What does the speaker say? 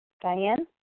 Diane